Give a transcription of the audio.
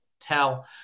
tell